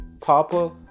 papa